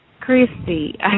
Christy